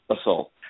assault